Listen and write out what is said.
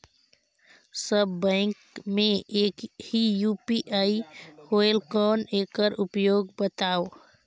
सब bank मे एक ही यू.पी.आई होएल कौन एकर उपयोग बताव?